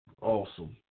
Awesome